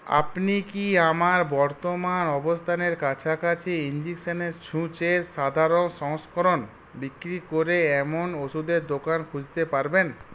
আপনি কি আমার বর্তমান অবস্থানের কাছাকাছি ইনজেকশনের সূঁচের সাধারণ সংস্করণ বিক্রি করে এমন ওষুধের দোকান খুঁজতে পারবেন